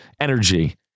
energy